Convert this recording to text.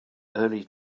early